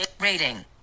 rating